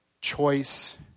choice